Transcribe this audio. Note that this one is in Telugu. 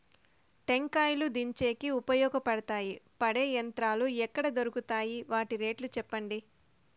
టెంకాయలు దించేకి ఉపయోగపడతాయి పడే యంత్రాలు ఎక్కడ దొరుకుతాయి? వాటి రేట్లు చెప్పండి?